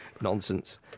Nonsense